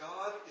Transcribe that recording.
God